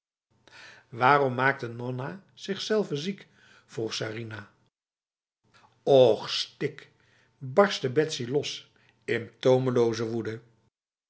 waarom maakt nonna zichzelve ziek vroeg sarinah och stik barstte betsy los in tomeloze woede